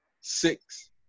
six